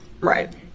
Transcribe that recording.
Right